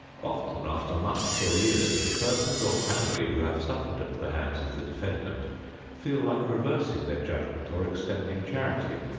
often after months or years, the persons or family who have suffered at the hands of the defendant feel like reversing their judgment or extending charity,